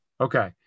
Okay